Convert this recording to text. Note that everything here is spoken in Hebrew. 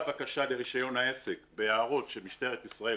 בקשה לרישיון העסק נרשם בהערות של משטרת ישראל